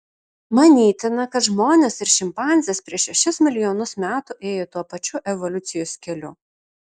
manytina kad žmonės ir šimpanzės prieš šešis milijonus metų ėjo tuo pačiu evoliucijos keliu